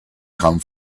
come